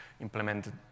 implemented